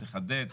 תחדד,